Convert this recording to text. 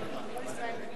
בבקשה.